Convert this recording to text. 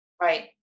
Right